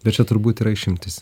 bet čia turbūt yra išimtis